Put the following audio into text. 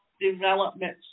development